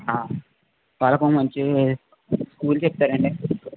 వాళ్ళకి ఒక మంచి స్కూల్ చెప్తారా అండి